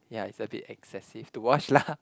yeah it's a bit excessive to wash lah